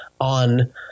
on